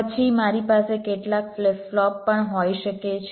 પછી મારી પાસે કેટલાક ફ્લિપ ફ્લોપ પણ હોઈ શકે છે